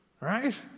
Right